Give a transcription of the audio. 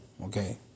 okay